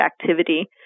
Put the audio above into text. activity